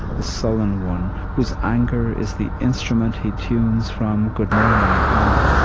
the sullen one whose anger is the instrument he tunes from good morning on